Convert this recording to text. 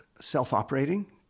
self-operating